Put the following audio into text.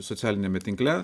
socialiniame tinkle